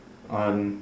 on